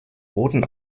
wurden